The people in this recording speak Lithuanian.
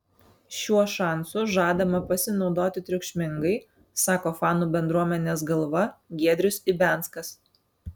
šiuo šansu žadama pasinaudoti triukšmingai sako fanų bendruomenės galva giedrius ibianskas